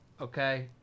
Okay